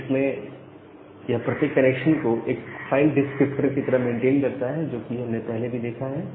Unix में यह प्रत्येक कनेक्शन को एक फाइल डिस्क्रिप्टर की तरह मेंटेन करता है जो कि हमने पहले ही देखा है